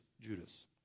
Judas